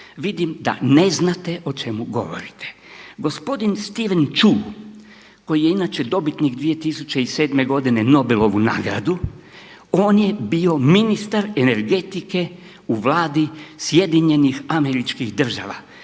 Vidim da ne znate o čemu govorite. Gospodin Steven Chu koji je inače dobitnik 2007. godine Nobelove nagrade, on je bio ministar energetike u vladi SAD-a. I tom trenutku dok